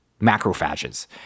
macrophages